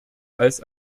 als